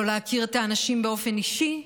לא להכיר את האנשים באופן אישי,